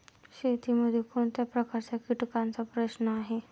शेतीमध्ये कोणत्या प्रकारच्या कीटकांचा प्रश्न आहे?